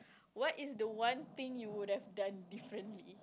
what is the one thing you would have done differently